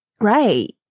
Right